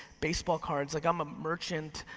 baseball cards, like i'm a merchant,